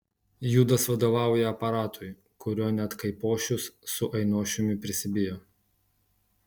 judas vadovauja aparatui kurio net kaipošius su ainošiumi prisibijo